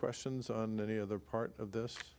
questions on any other part of th